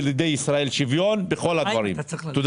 לילדות שלמדו עם עכברים מתחת לאדמה ראש העיר